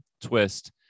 twist